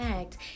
act